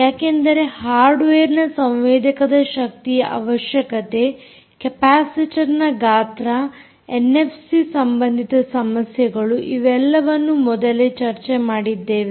ಯಾಕೆಂದರೆ ಹಾರ್ಡ್ವೇರ್ನ ಸಂವೇದಕದ ಶಕ್ತಿಯ ಅವಶ್ಯಕತೆ ಕೆಪಾಸಿಟರ್ನ ಗಾತ್ರ ಎನ್ಎಫ್ಸಿ ಸಂಬಂಧಿತ ಸಮಸ್ಯೆಗಳು ಇವೆಲ್ಲವನ್ನು ಮೊದಲೇ ಚರ್ಚೆ ಮಾಡಿದ್ದೇವೆ